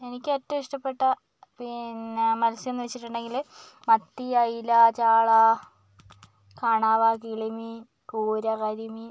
എനിക്കേറ്റവും ഇഷ്ടപ്പെട്ട പിന്നെ മത്സ്യമെന്ന് വെച്ചിട്ടുണ്ടെങ്കിൽ മത്തി അയല ചാള കണവ കിളിമീൻ കൂര കരിമീൻ